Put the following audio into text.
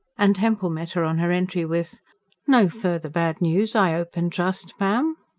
and hempel met her on her entry with no further bad news, i ope and trust, ma'am?